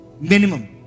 minimum